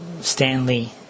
Stanley